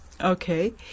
Okay